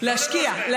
להשקיע.